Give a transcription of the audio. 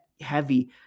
heavy